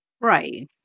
Right